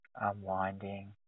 unwinding